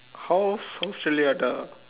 how's Australia the